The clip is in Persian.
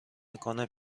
میکنه